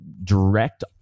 direct